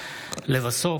לבסוף,